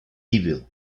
evil